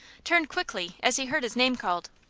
turned quickly as he heard his name called.